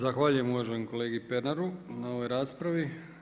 Zahvaljujem uvaženom kolegi Pernaru na ovoj raspravi.